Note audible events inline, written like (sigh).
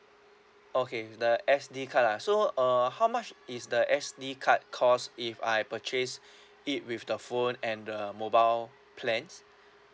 okay the S_D card ah so uh how much is the S_D card cost if I purchase (breath) it with the phone and the mobile plans (breath)